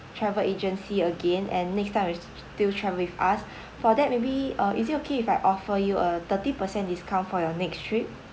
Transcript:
travel agency again and next time will still travel with us for that maybe uh is it okay if I offer you a thirty per cent discount for your next trip